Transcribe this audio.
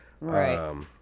Right